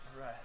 right